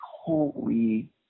holy